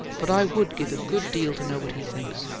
but i would give a good deal to know what he thinks!